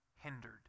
hindered